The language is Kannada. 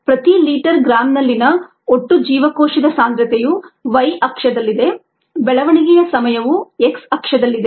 ಪ್ರತಿ ಲೀಟರ್ ಗ್ರಾಂನಲ್ಲಿನ ಒಟ್ಟು ಜೀವಕೋಶದ ಸಾಂದ್ರತೆಯು y ಅಕ್ಷದಲ್ಲಿದೆ ಬೆಳವಣಿಗೆಯ ಸಮಯವು x ಅಕ್ಷದಲ್ಲಿದೆ